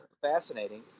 fascinating